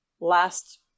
last